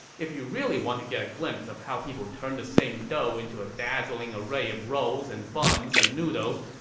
if you really want to get a glimpse of how people turn the same dough into a dazzling array of rolls and buns and noodles,